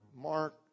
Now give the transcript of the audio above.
Mark